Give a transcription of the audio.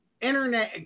Internet